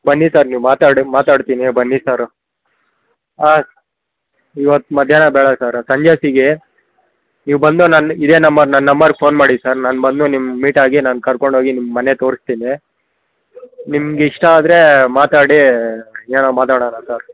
ಬನ್ನಿ ಸರ್ ನೀವು ಮಾತಾಡಿ ಮಾತಾಡ್ತೀನಿ ಬನ್ನಿ ಸರ್ ಹಾಂ ಇವತ್ತು ಮಧ್ಯಾಹ್ನ ಬೇಡ ಸರ್ ಸಂಜೆ ಹೊತ್ತಿಗೆ ನೀವು ಬಂದು ನನ್ನ ಇದೇ ನಂಬರ್ ನನ್ನ ನಂಬರ್ಗ್ ಫೋನ್ ಮಾಡಿ ಸರ್ ನಾನು ಬಂದು ನಿಮ್ಗ ಮೀಟ್ ಆಗಿ ನಾನು ಕರ್ಕೊಂಡು ಹೋಗಿ ನಿಮ್ಮ ಮನೆ ತೋರಿಸ್ತೀನಿ ನಿಮ್ಗ ಇಷ್ಟ ಆದರೆ ಮಾತಾಡಿ ಏನೋ ಮಾತಾಡೋಣ ಸರ್